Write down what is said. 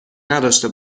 نداشته